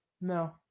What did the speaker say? No